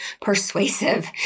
persuasive